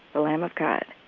the lamb of god,